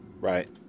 Right